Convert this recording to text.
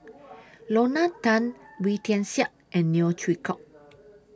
Lorna Tan Wee Tian Siak and Neo Chwee Kok